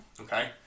Okay